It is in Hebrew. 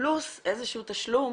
פלוס איזשהו תשלום